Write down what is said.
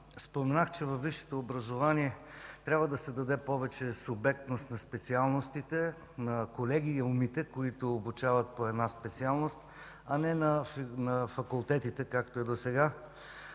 Споменах, че във висшето образование трябва да се даде повече субектност на специалностите, на колегиумите, които обучават по една специалност, а не на факултетите, както е досега.